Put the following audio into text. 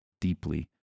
deeply